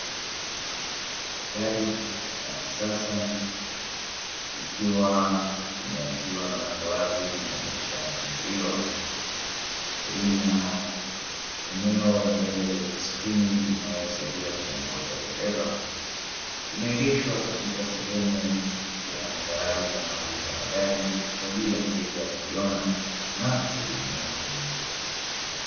Gari la kisasa likiwa limeachiwa milango wazi na madirisha ya kufunguliwa, linaeneo la mbele lenye skrini inayomsaidia kumuongoza dereva, limeegeshwa katika sehemu ya madalali wanaouza magari kwajili ya mteja kuliona na kulinunua.